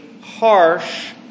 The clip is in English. harsh